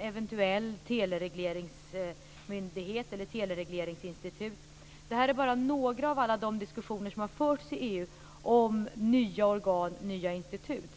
eventuell teleregleringsmyndighet eller ett teleregleringsinstitut har diskuterats. Detta är bara några av alla de diskussioner som har förts i EU om nya organ, nya institut.